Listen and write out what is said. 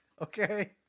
okay